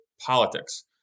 politics